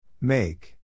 Make